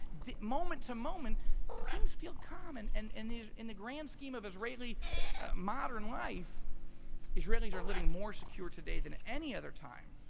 moment to moment things feel calm. and and and these in the grand scheme of israeli modern life israelis are living more secure today than any other time.